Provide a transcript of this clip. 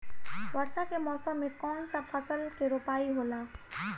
वर्षा के मौसम में कौन सा फसल के रोपाई होला?